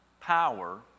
power